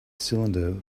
cylinder